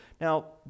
Now